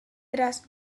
tras